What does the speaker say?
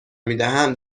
میدهم